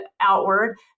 outward